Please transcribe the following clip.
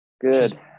Good